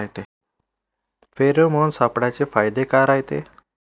Pheromone सापळ्याचे फायदे काय रायते?